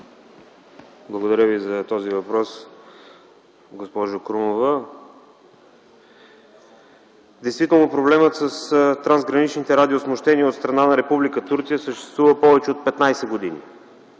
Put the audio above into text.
Благодаря за въпроса, госпожо Крумова. Действително проблемът с трансграничните радиосмущения от страна на Република Турция съществува повече от 15 години.